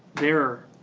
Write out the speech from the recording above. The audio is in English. they're